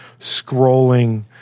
scrolling